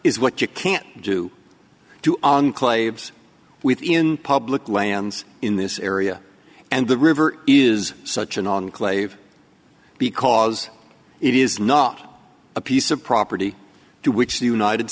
is what you can't do to on claves within public lands in this area and the river is such an on clave because it is not a piece of property to which the united